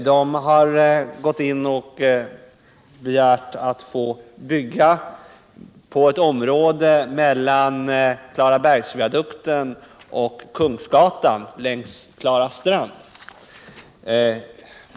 SJ har begärt att få bygga på ett område längs Klara Strand mellan Klarabergsviadukten och Kungsgatan.